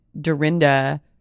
dorinda